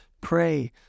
Pray